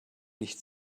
nicht